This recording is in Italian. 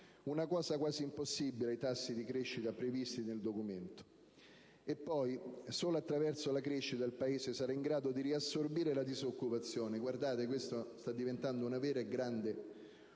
una cosa quasi impossibile ai tassi di crescita previsti nel Documento. E poi, solo attraverso la crescita il Paese sarà in grado di riassorbire la disoccupazione, che sta diventando una vera e propria